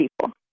people